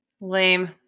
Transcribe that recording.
lame